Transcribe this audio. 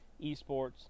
esports